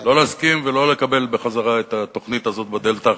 לא להסכים ולא לקבל בחזרה את התוכנית הזאת בדלת האחורית.